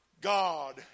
God